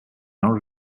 honor